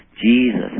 Jesus